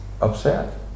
upset